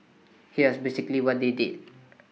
here's basically what they did